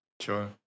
Sure